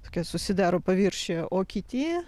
tokia susidaro paviršiuje o kiti